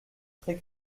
très